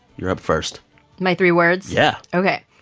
you're up first my three words? yeah ok.